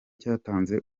cyatanze